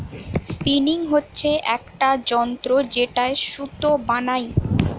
spinning হচ্ছে একটা যন্ত্র যেটায় সুতো বানাই